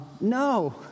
No